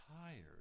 tired